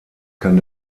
kann